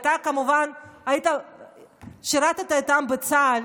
אתה כמובן שירת את העם בצה"ל.